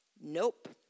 Nope